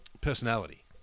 personality